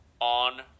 on